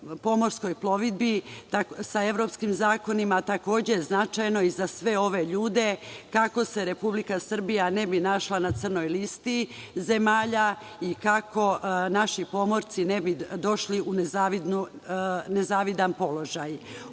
pomorskoj plovidbi sa evropskim zakonima, takođe značajno i za sve ove ljude, kako se Republika Srbija ne bi našla na crnoj listi zemalja i kako naši pomorci ne bi došli u nezavidan položaj. Ono